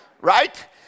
Right